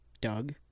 Doug